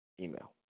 Email